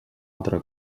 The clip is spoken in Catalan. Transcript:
altra